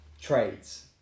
trades